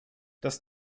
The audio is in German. dass